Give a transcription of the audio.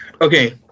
Okay